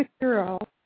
girl